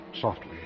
softly